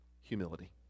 humility